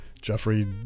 Jeffrey